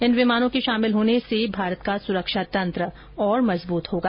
इन विमानों के शामिल होने से भारत का सुरक्षा तंत्र और मजबूत होगा